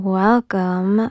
welcome